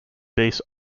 base